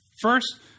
First